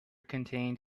contained